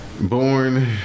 Born